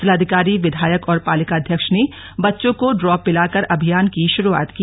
जिलाधिकारी विधायक और पालिकाध्यक्ष ने बच्चों को ड्रॉप पिला कर अभियान की शुरुआत की